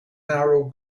narrow